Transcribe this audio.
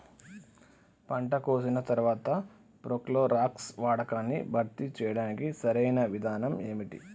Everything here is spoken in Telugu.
పంట కోసిన తర్వాత ప్రోక్లోరాక్స్ వాడకాన్ని భర్తీ చేయడానికి సరియైన విధానం ఏమిటి?